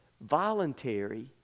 Voluntary